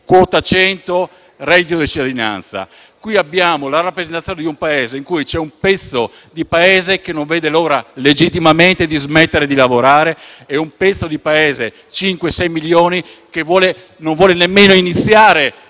quota 100 e reddito di cittadinanza. Qui abbiamo la rappresentazione di un Paese in cui c'è un pezzo di Paese che non vede l'ora, legittimamente, di smettere di lavorare e un pezzo di Paese di cinque-sei milioni di persone che non vuole nemmeno iniziare